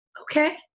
Okay